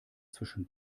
zwischen